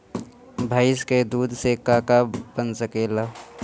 भइस के दूध से का का बन सकेला?